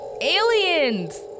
Aliens